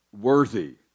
worthy